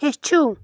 ہیٚچھِو